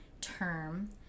term